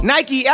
Nike